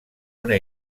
una